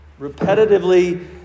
Repetitively